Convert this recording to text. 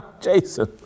Jason